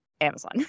Amazon